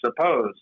suppose